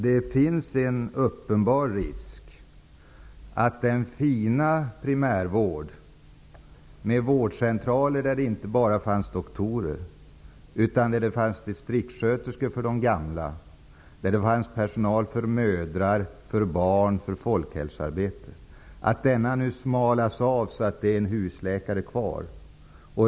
Det finns en uppenbar risk att den fina primärvården med vårdcentraler, där det inte bara finns doktorer utan också distriktsköterskor för de gamla, personal för mödrar, barn och folkhälsoarbete, nu görs smalare så att det bara blir en husläkare kvar.